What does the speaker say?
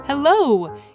Hello